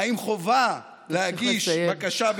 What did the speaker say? האם חובה להגיש בקשה, צריך לסיים.